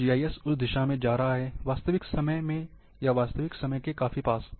तो जीआईएस उस दिशा में जा रहा है वास्तविक समय में या वास्तविक समय के काफ़ी पास